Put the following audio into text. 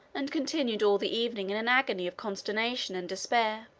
and continued all the evening in an agony of consternation and despair.